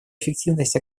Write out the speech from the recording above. эффективность